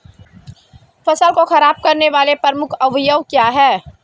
फसल को खराब करने वाले प्रमुख अवयव क्या है?